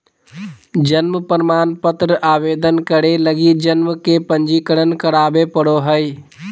जन्म प्रमाण पत्र आवेदन करे लगी जन्म के पंजीकरण करावे पड़ो हइ